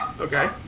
Okay